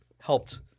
helped